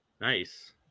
Nice